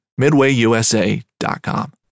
MidwayUSA.com